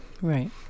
Right